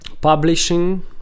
publishing